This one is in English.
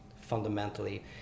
fundamentally